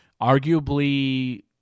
Arguably